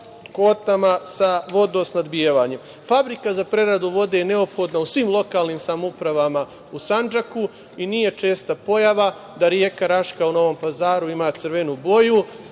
kvotama sa vodosnabdevanjem. Fabrika za preradu vode je neophodna u svim lokalnim samoupravama u Sandžaku i nije česta pojava da reka Raška u Novom Pazaru ima crvenu boju,